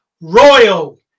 Royal